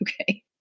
Okay